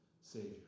Savior